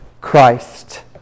Christ